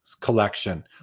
collection